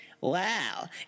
Wow